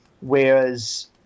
Whereas